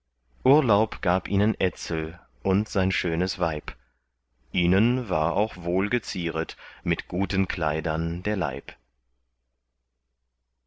urlaub gab ihnen etzel und sein schönes weib ihnen war auch wohlgezieret mit guten kleidern der leib